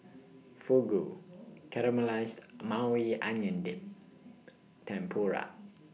Fugu Caramelized Maui Onion Dip Tempura